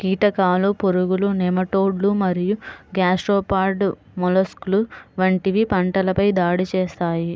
కీటకాలు, పురుగులు, నెమటోడ్లు మరియు గ్యాస్ట్రోపాడ్ మొలస్క్లు వంటివి పంటలపై దాడి చేస్తాయి